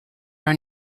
are